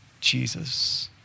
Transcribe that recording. Jesus